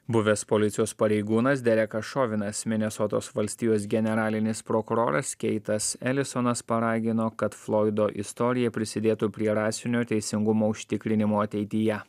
buvęs policijos pareigūnas derekas šovenas minesotos valstijos generalinis prokuroras keitas elisonas paragino kad floido istorija prisidėtų prie rasinio teisingumo užtikrinimo ateityje